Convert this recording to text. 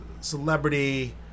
celebrity